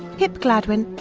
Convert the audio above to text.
pip gladwin,